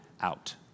out